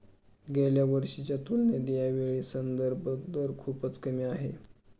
गेल्या वर्षीच्या तुलनेत यावेळी संदर्भ दर खूपच कमी आहे